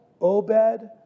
Obed